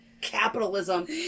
capitalism